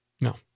No